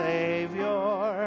Savior